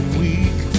weak